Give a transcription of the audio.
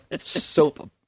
soap